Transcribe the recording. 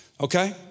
Okay